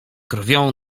krwią